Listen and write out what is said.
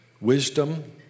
wisdom